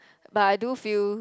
but I do feel